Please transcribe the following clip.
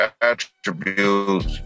attributes